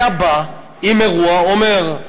היה בא עם אירוע, אומר: